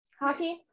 hockey